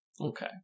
okay